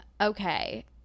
okay